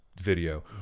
video